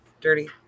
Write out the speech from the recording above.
dirty